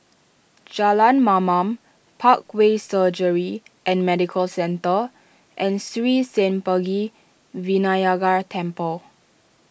Jalan Mamam Parkway Surgery and Medical Centre and Sri Senpaga Vinayagar Temple